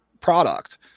product